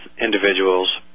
individuals